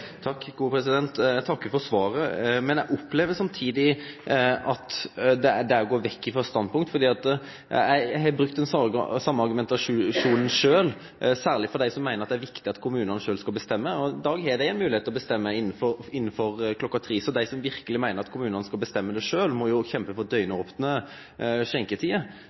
Eg takkar for svaret. Men eg opplever samtidig at det er å gå vekk frå eit standpunkt. Eg har brukt den same argumentasjonen sjølv, særleg overfor dei som meiner det er viktig at kommunane sjølve skal få bestemme. I dag har dei ei moglegheit til å bestemme det innafor kl. 03, så dei som verkeleg meiner at kommunane skal bestemme det sjølve, må kjempe for